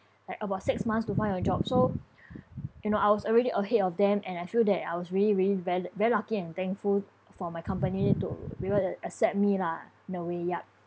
like about six months to find a job so you know I was already ahead of them and I feel that I was really really ve~ very lucky and thankful for my company to accept me lah in a way yup